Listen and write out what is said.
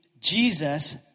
Jesus